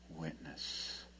witness